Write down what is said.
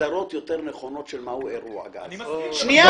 הגדרות יותר נכונות של מהו אירוע גז --- אני מסכים --- שנייה